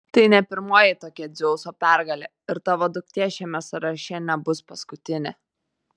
tai ne pirmoji tokia dzeuso pergalė ir tavo duktė šiame sąraše nebus paskutinė